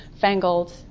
fangled